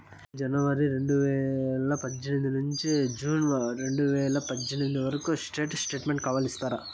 మాకు జనవరి రెండు వేల పందొమ్మిది నుండి జూన్ రెండు వేల పందొమ్మిది వరకు స్టేట్ స్టేట్మెంట్ కావాలి ఇస్తారా